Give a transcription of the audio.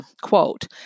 quote